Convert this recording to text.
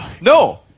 no